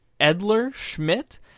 Edler-Schmidt